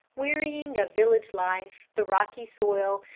wearying of village life, the rocky soil,